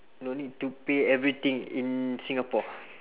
no need to pay everything in singapore